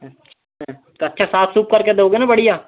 अच्छा तो अच्छा साफ सूफ करके दोगे ना बढ़िया